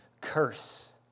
curse